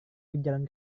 berjalan